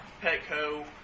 Petco